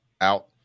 out